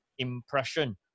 impression